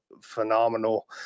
phenomenal